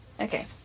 Okay